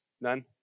None